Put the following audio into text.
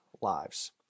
lives